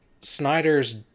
Snyder's